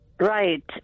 Right